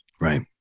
Right